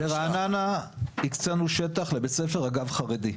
ברעננה הקצנו שטח לבית ספר אגב חרדי,